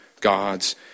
God's